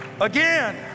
again